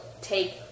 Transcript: take